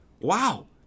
wow